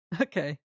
Okay